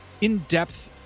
in-depth